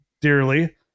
dearly